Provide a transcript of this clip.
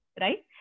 right